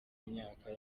myaka